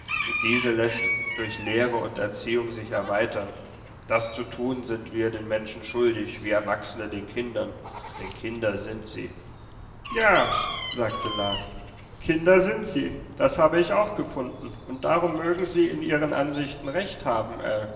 diese läßt durch lehre und erziehung sich erweitern das zu tun sind wir den menschen schuldig wie erwachsene den kindern denn kinder sind sie ja sagte la kinder sind sie das habe ich auch gefunden und darum mögen sie in ihren ansichten recht haben